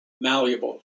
malleable